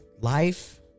life